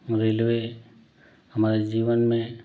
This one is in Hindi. रेलवे हमारे जीवन में